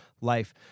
life